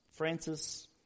Francis